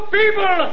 people